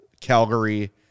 Calgary